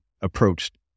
approached